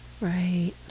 right